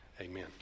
amen